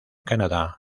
canadá